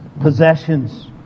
Possessions